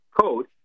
code